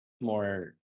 more